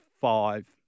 five